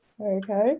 Okay